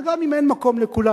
וגם אם אין מקום לכולם,